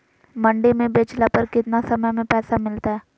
मंडी में बेचला पर कितना समय में पैसा मिलतैय?